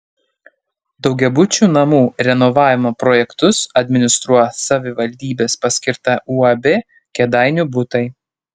daugiabučių namų renovavimo projektus administruos savivaldybės paskirta uab kėdainių butai